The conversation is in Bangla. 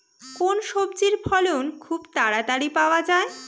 কোন সবজির ফলন খুব তাড়াতাড়ি পাওয়া যায়?